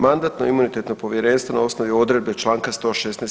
Mandatno-imunitetno povjerenstvo na osnovi odredbe članka 116.